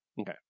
Okay